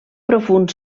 profund